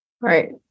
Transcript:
Right